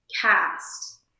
cast